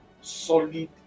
solid